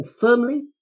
firmly